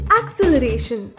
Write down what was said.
acceleration